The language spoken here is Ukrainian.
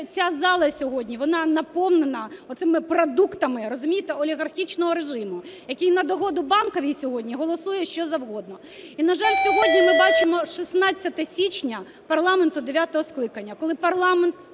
ця зала сьогодні, вона наповнена оцими продуктами, розумієте, олігархічного режиму, який на догоду Банковій сьогодні голосує що завгодно. І, на жаль, сьогодні ми бачимо 16 січня парламенту дев'ятого скликання, коли парламент